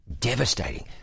Devastating